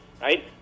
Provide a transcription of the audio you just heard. right